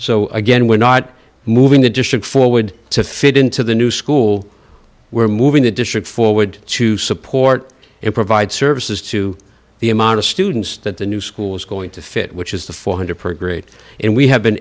so again we're not moving the district forward to fit into the new school we're moving the district forward to support and provide services to the amount of students that the new school is going to fit which is the four hundred dollars per grade and we have